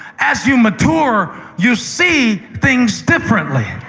as you mature, you see things differently.